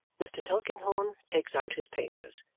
mr. tulkinghorn takes out his papers,